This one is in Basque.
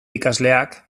ikasleak